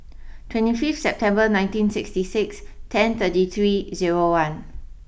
twenty fifth September nineteen sixty six ten thirty three zero one